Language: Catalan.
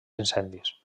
incendis